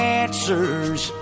answers